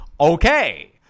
okay